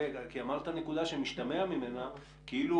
כי אמרת נקודה שמשתמע ממנה כאילו,